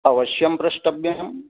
अवश्यं प्रष्टव्यं